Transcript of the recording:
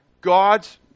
God's